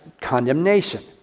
condemnation